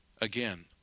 Again